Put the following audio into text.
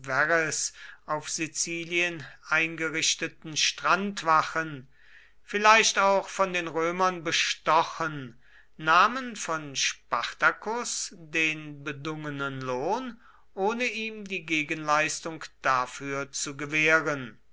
auf sizilien eingerichteten strandwachen vielleicht auch von den römern bestochen nahmen von spartacus den bedungenen lohn ohne ihm die gegenleistung dafür zu gewähren